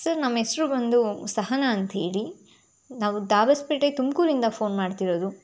sir ನಮ್ಮ ಹೆಸರು ಬಂದು ಸಹನಾ ಅಂತ ಹೇಳಿ ನಾವು ದಾಬಸ್ಪೇಟೆ ತುಮಕೂರಿಂದ ಫೋನ್ ಮಾಡ್ತಿರೋದು